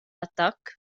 attakk